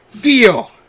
Deal